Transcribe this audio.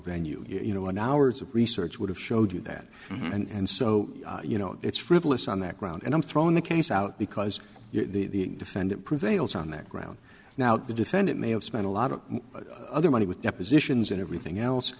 venue you know one hours of research would have showed you that and so you know it's frivolous on that ground and i'm throwing the case out because the defendant prevails on that ground now the defendant may have spent a lot of other money with depositions and everything